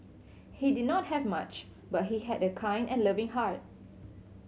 he did not have much but he had a kind and loving heart